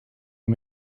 you